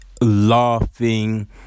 laughing